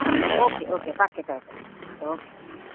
હા okay okay પાકે પાકે ઓકે